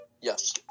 yes